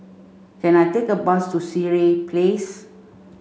can I take a bus to Sireh Place